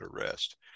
arrest